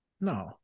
No